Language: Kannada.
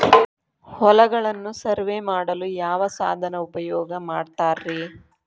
ಹೊಲಗಳನ್ನು ಸರ್ವೇ ಮಾಡಲು ಯಾವ ಸಾಧನ ಉಪಯೋಗ ಮಾಡ್ತಾರ ರಿ?